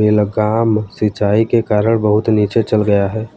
बेलगाम सिंचाई के कारण बहुत नीचे चल गया है